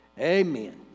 Amen